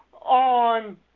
on